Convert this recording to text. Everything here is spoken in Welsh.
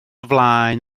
flaen